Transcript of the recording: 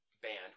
band